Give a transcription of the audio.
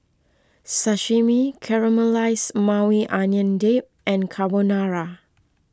Sashimi Caramelized Maui Onion Dip and Carbonara